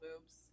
boobs